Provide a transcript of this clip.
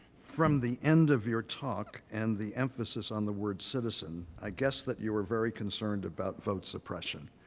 from the end of your talk, and the emphasis on the word citizen, i guess that you are very concerned about vote suppression.